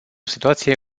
situație